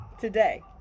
Today